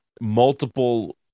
multiple